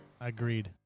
agreed